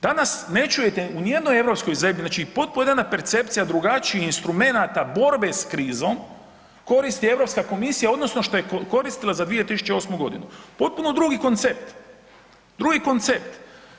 Danas ne čujete ni u jedno europskoj zemlji znači i potpuno jedna percepcija drugačijih instrumenata borbe s krizom koristi Europska komisija odnosno što je koristila za 2008. godinu, potpuno drugi koncept, drugi koncept.